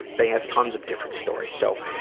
they have tons of different stories. so,